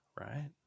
right